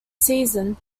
season